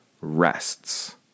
rests